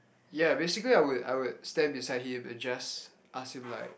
ya basically I would I would stand beside him and just ask him like